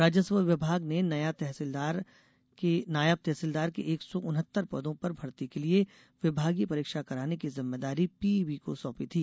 राजस्व विभाग ने नायब तहसीलदार के एक सौ उनहत्तर पदों पर भर्ती के लिए विभागीय परीक्षा कराने की जिम्मेदारी पीईबी को सोंपी थी